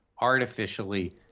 artificially